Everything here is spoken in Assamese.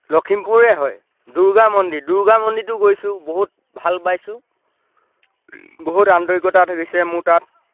লখিমপুৰৰেই হয় দুৰ্গা মন্দিৰ দুৰ্গা মন্দিৰতো গৈছোঁ বহুত ভাল পাইছোঁ বহুত আন্তৰিকতা থাকিছে মোৰ তাত